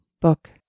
book